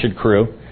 crew